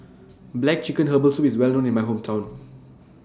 Black Chicken Herbal Soup IS Well known in My Hometown